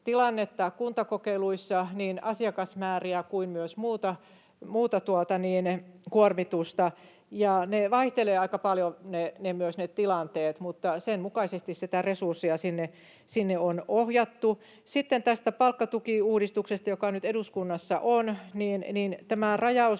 kuntakokeiluissa, niin asiakasmääriä kuin myös muuta kuormitusta. Ne tilanteet vaihtelevat aika paljon, mutta sen mukaisesti sitä resurssia sinne on ohjattu. Sitten tästä palkkatukiuudistuksesta, joka on nyt eduskunnassa. Tämä rajaus